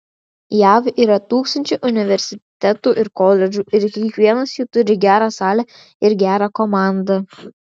jav yra tūkstančiai universitetų ir koledžų ir kiekvienas jų turi gerą salę ir gerą komandą